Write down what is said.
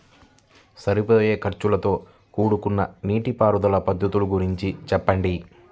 సరిపోయే ఖర్చుతో కూడుకున్న నీటిపారుదల పద్ధతుల గురించి చెప్పండి?